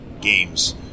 games